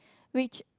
which